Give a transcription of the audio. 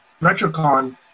retrocon